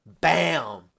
Bam